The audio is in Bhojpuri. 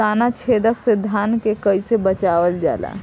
ताना छेदक से धान के कइसे बचावल जाला?